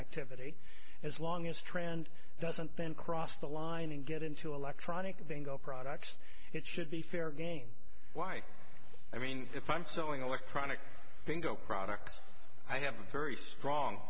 activity as long as trend doesn't then cross the line and get into electronic bingo products it should be fair game why i mean if i'm sewing electronic bingo products i have a very strong